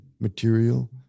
material